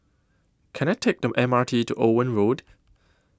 Can I Take The M R T to Owen Road